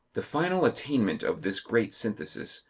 the final attainment of this great synthesis,